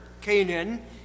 Canaan